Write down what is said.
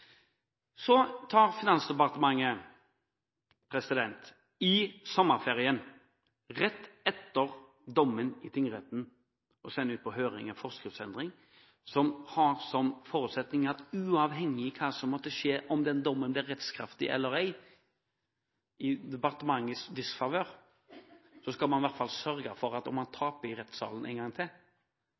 Så sender Finansdepartementet i sommerferien – rett etter dommen i tingretten – ut på høring en forskriftsendring. Denne forskriftsendringen har som forutsetning at uavhengig av hva som måtte skje, om dommen blir rettskraftig eller ei – i departementets disfavør – skal man i hvert fall sørge for at om man taper i rettssalen enda en gang,